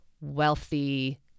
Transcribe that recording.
wealthy